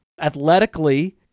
athletically